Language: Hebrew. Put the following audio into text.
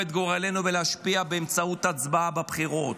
את גורלנו ולהשפיע באמצעות הצבעה בבחירות?